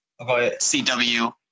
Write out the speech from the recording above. CW